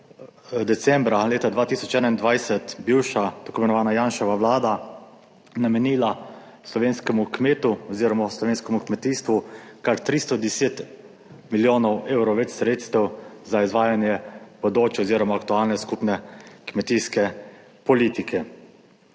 decembra leta 2021 bivša tako imenovana Janševa vlada namenila slovenskemu kmetu oziroma slovenskemu kmetijstvu kar 310 milijonov evrov več sredstev za izvajanje bodoče oziroma aktualne skupne kmetijske politike.